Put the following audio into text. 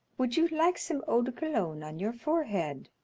would you like some eau de cologne on your forehead?